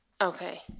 Okay